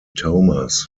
thomas